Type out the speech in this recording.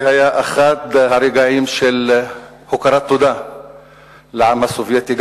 זה היה אחד הרגעים של הכרת תודה לעם הסובייטי,